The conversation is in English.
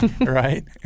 right